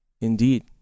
Indeed